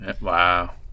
Wow